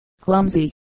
clumsy